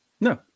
no